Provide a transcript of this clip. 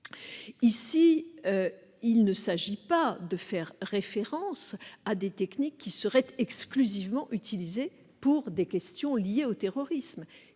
Or il ne s'agit pas ici de faire référence à des techniques qui seraient exclusivement utilisées pour des questions liées au terrorisme,